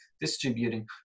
distributing